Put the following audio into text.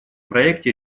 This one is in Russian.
проекте